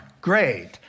great